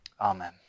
Amen